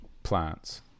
plants